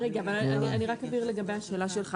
אני אבהיר לגבי השאלה שלך.